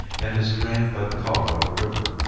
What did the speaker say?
and is drained by the colorado river.